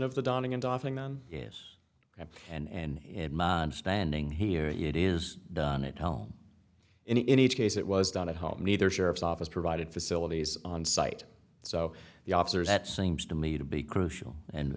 offing then yes i am and my understanding here it is done at home in each case it was done at home either sheriff's office provided facilities on site so the officers that seems to me to be crucial